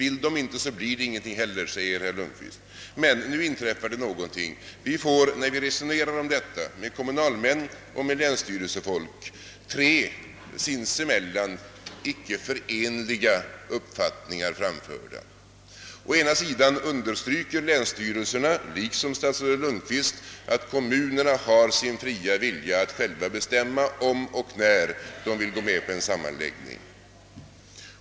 Vill de inte, blir det inte heller något av, säger herr Lundkvist. Men nu inträffar det någonting. Vi får när vi resonerar om detta med kommunalmän och med länsstyrelsefolk tre sinsemellan icke förenliga uppfattning ar framförda. Å ena sidan understryker länsstyrelserna liksom statsrådet Lundkvist att kommunerna har sin fria vilja att själva bestämma om och när de vill gå med på en sammanläggning.